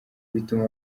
bituma